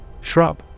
Shrub